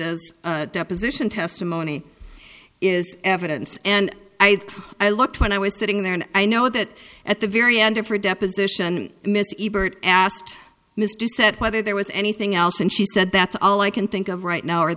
as deposition testimony is evidence and i i looked when i was sitting there and i know that at the very end of her deposition mr burt asked mr set whether there was anything else and she said that's all i can think of right now or